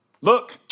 Look